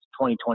2020